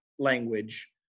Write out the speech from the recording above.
language